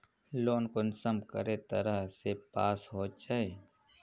Loan कुंसम करे तरह से पास होचए?